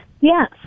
yes